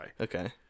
Okay